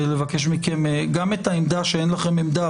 ולבקש מכם גם את העמדה שאין לכם עמדה,